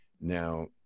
Now